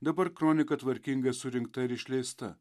dabar kronika tvarkingai surinkta ir išleista